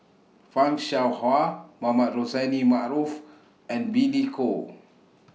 fan Shao Hua Mohamed Rozani Maarof and Billy Koh